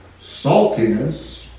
saltiness